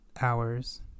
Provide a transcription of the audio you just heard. hours